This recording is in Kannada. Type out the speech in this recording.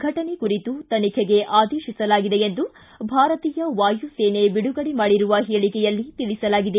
ಘಟನೆ ಕುರಿತು ತನಿಖೆಗೆ ಆದೇಶಿಸಲಾಗಿದೆ ಎಂದು ಭಾರತೀಯ ವಾಯುಸೇನೆ ಬಿಡುಗಡೆ ಮಾಡಿರುವ ಹೇಳಿಕೆಯಲ್ಲಿ ತಿಳಿಸಲಾಗಿದೆ